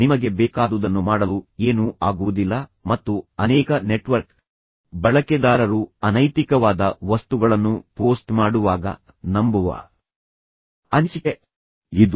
ನಿಮಗೆ ಬೇಕಾದುದನ್ನು ಮಾಡಲು ಏನೂ ಆಗುವುದಿಲ್ಲ ಮತ್ತು ಅನೇಕ ನೆಟ್ವರ್ಕ್ ಬಳಕೆದಾರರು ಅನೈತಿಕವಾದ ವಸ್ತುಗಳನ್ನು ಪೋಸ್ಟ್ ಮಾಡುವಾಗ ನಂಬುವ ಅನಿಸಿಕೆ ಇದು